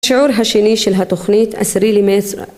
שיעור השני של התוכנית, עשירי למרץ...